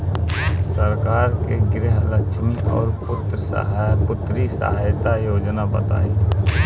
सरकार के गृहलक्ष्मी और पुत्री यहायता योजना बताईं?